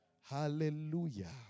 Hallelujah